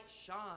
shine